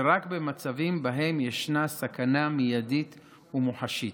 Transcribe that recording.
ורק במצבים שבהם יש סכנה מיידית ומוחשית.